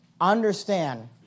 understand